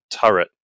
turret